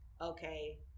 okay